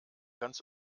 ganz